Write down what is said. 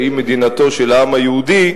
שהיא מדינתו של העם היהודי,